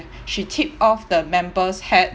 she tipped off the member's hat